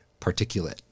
particulate